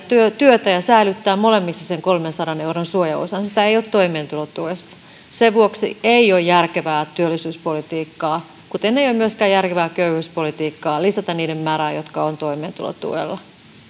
työtä ja säilyttää molemmissa sen kolmensadan euron suojaosan sitä ei ole toimeentulotuessa sen vuoksi ei ole järkevää työllisyyspolitiikkaa kuten ei ole myöskään järkevää köyhyyspolitiikkaa lisätä niiden määrää jotka ovat toimeentulotuella